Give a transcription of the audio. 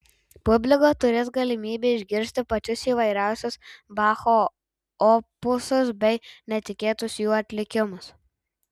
publika turės galimybę išgirsti pačius įvairiausius bacho opusus bei netikėtus jų atlikimus